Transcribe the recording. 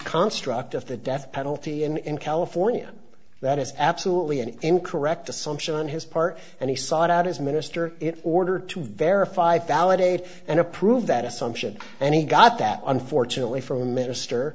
construct of the death penalty in california that is absolutely an incorrect assumption on his part and he sought out his minister in order to verify falut aid and approve that assumption and he got that unfortunately from